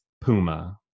Puma